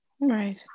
Right